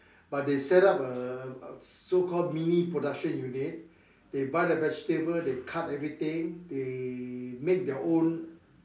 but they set up a so called mini production unit they buy the vegetable they cut everything they make their own